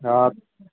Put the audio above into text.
हाँ